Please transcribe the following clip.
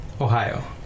Ohio